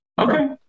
Okay